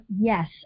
Yes